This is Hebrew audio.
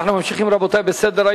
רבותי, אנחנו ממשיכים בסדר-היום.